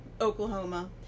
Oklahoma